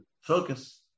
focus